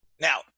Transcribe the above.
Now